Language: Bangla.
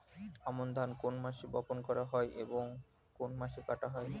আমন ধান কোন মাসে বপন করা হয় ও কোন মাসে কাটা হয়?